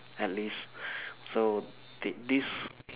at least so th~ this